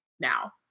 now